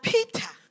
Peter